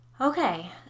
Okay